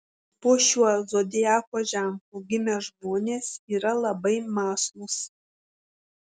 po šiuo zodiako ženklu gimę žmonės yra labai mąslūs